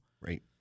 Right